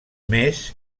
més